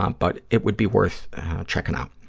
um but it would be worth checking out.